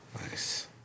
Nice